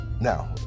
Now